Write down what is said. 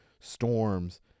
storms